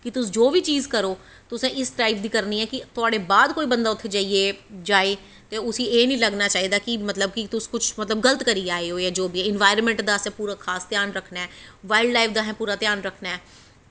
कि तुस जो बी चीज करो तुसें इस टाईप दी करनी ऐ कि तुआढ़े बाद उस जगह कोई बंदा जाए ते उस्सी एह् नेईं लगना चाहिदा कि तुस कुछ गल्त करी आए ओ जां कुछ इन्बाइरनामैंट दा असें पूरा खास ध्यान रक्खना ऐ बाइल्ड लाइफ दा असें पूरा ध्यान रक्खना ऐ